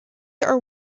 are